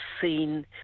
seen